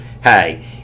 hey